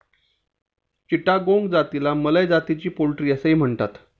चिटागोंग जातीला मलय जातीची पोल्ट्री असेही म्हणतात